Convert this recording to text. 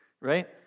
right